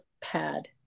pad